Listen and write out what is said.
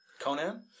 Conan